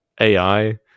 AI